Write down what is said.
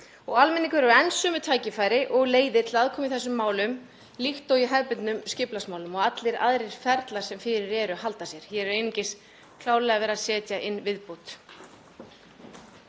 Almenningur hefur enn sömu tækifæri og leiðir til aðkomu í þessum málum líkt og í hefðbundnum skipulagsmálum og allir aðrir ferlar sem fyrir eru halda sér. Hér er einungis klárlega verið að setja inn viðbót.